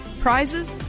prizes